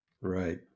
Right